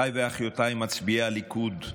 אחיי ואחיותיי מצביעי הליכוד,